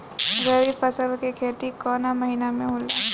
रवि फसल के खेती कवना महीना में होला?